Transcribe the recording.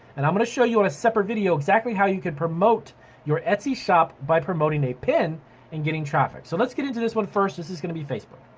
and i'm gonna show you in a separate video exactly how you can promote your etsy shop by promoting a pin and getting traffic. so let's get into this one first, this is gonna be facebook.